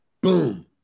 Boom